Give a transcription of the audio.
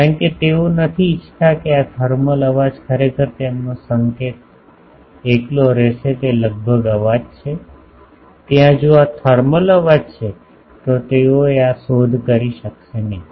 કારણ કે તેઓ નથી ઇચ્છતા કે આ થર્મલ અવાજ ખરેખર તેમનો સંકેત એકલો રહેશે તે લગભગ અવાજ છે ત્યાં જો આ થર્મલ અવાજ આવે છે તો તેઓ શોધ કરી શકશે નહીં